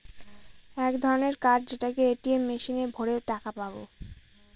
এক ধরনের কার্ড যেটাকে এ.টি.এম মেশিনে ভোরে টাকা পাবো